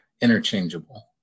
interchangeable